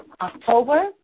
October